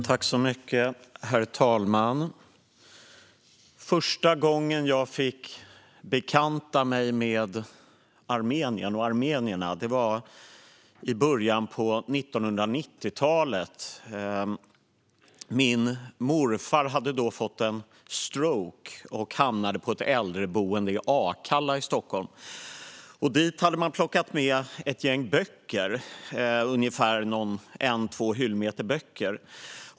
Herr talman! Första gången jag fick bekanta mig med Armenien och armenierna var i början av 1990-talet. Min morfar hade då fått en stroke och hamnade på ett äldreboende i Akalla i Stockholm, och dit hade man tagit med en till två hyllmeter böcker.